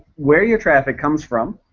where your traffic comes from.